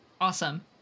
awesome